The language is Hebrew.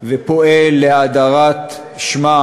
ופועל להאדרת שמה,